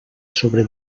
sobre